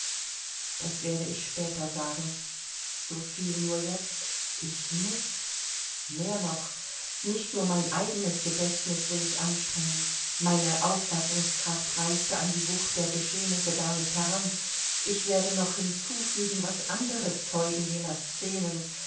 das werde ich später sagen so viel nur jetzt ich muß mehr noch nicht nur mein eigenes gedächtnis will ich anstrengen meine auffassungskraft reichte an die wucht der geschehnisse gar nicht heran ich werde noch hinzufügen was andere zeugen jener scenen